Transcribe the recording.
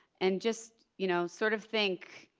and just, you know, sort of think